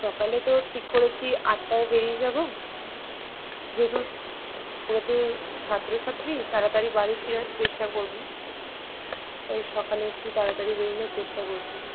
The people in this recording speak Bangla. সকালে তো ঠিক করেছি আটটায় বেড়িয়ে যাব যেহেতু ওরা তো ছাত্রছাত্রী তাড়াতাড়ি বাড়ি ফেরার চেষ্টা করব তাই সকালে একটু তাড়াতাড়ি বেড়োনোর চেষ্টা করছি